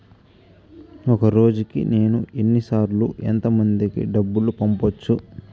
ఒక రోజుకి నేను ఎన్ని సార్లు ఎంత మందికి డబ్బులు పంపొచ్చు?